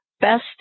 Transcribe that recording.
best